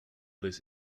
this